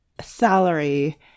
salary